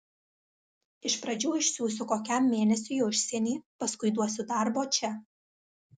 iš pradžių išsiųsiu kokiam mėnesiui į užsienį paskui duosiu darbo čia